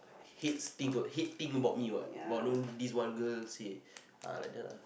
hates thing hate thing about me what but no this one girl say err like that lah